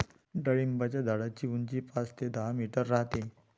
डाळिंबाच्या झाडाची उंची पाच ते दहा मीटर राहते